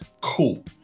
cool